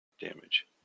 damage